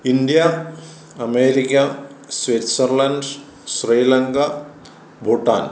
India America Switzerland Sri Lanka Bhutan